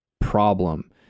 problem